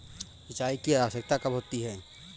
सिंचाई की आवश्यकता कब होती है?